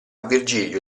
virgilio